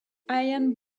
ian